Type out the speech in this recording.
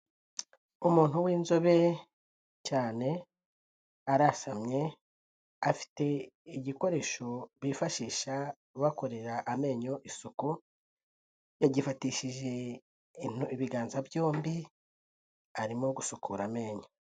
Umuntu w'inzobe cyane, arasamye, afite igikoresho bifashisha bakorera amenyo isuku, yagifatishije ibiganza byombi, arimo gusukura amenyo.